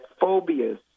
phobias